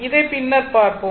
இதை பின்னர் பாப்போம்